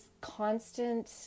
constant